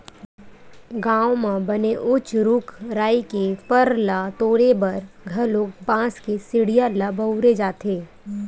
गाँव म बने उच्च रूख राई के फर ल तोरे बर घलोक बांस के सिड़िया ल बउरे जाथे